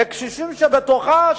לקשישים שבתוכה,